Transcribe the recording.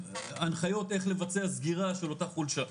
הנחיות איך לבצע סגירה של אותה חולשה.